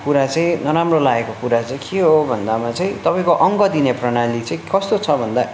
कुरा चाहिँ नराम्रो लागेको कुरा चाहिँ के हो भन्दामा चाहिँ तपाईँको अङ्क दिने प्रणाली चाहिँ कस्तो छ भन्दा